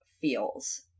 feels